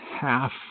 half